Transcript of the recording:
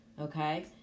Okay